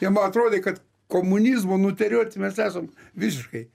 jam atrodė kad komunizmo nuterioti mes esam visiškai